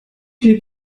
piep